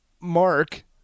Mark